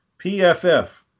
PFF